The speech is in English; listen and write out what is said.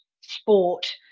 sport